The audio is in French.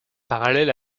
parallèle